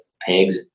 pigs